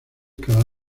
cada